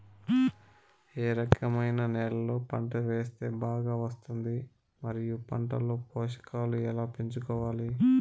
ఏ రకమైన నేలలో పంట వేస్తే బాగా వస్తుంది? మరియు పంట లో పోషకాలు ఎలా పెంచుకోవాలి?